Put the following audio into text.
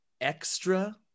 extra